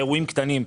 באירועים קטנים,